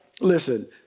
listen